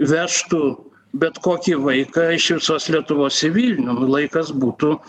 vežtų bet kokį vaiką iš visos lietuvos į vilnių nu laikas būtų